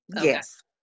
Yes